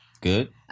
Good